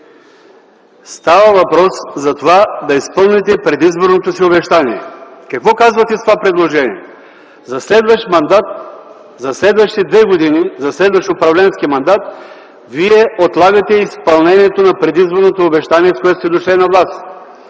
Става въпрос за това да изпълните предизборното си обещание. Какво казвате с това предложение? За следващ управленски мандат, за следващи две години, вие отлагате изпълнението на предизборното обещание, с което сте дошли на власт.